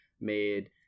made